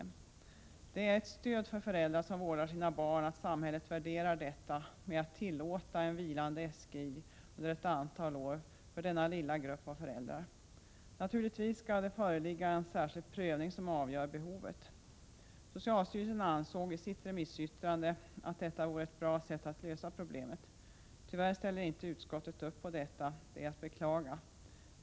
Det skulle vara ett stöd för föräldrar som vårdar sina barn om samhället värderade detta genom att tillåta en vilande SGI under ett antal år för denna lilla grupp av föräldrar. Naturligtvis skall det göras en särskild prövning då behovet avgörs. Socialstyrelsen ansåg i sitt remissyttrande att detta vore ett bra sätt att lösa problemet. Tyvärr ställer inte utskottet upp bakom detta, vilket är att beklaga.